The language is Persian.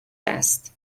است